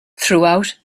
throughout